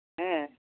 ᱦᱮᱸ